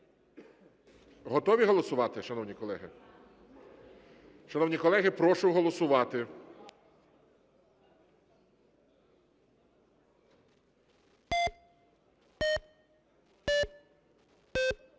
Готові голосувати, шановні колеги? Шановні колеги, прошу голосувати.